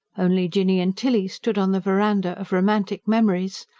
only jinny and tilly stood on the verandah of romantic memories,